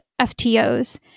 FTOs